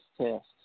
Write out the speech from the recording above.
test